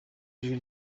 w’ijwi